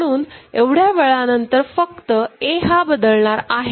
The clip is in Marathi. म्हणून एवढ्या वेळा नंतर फक्त A हा बदलणार आहे